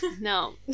No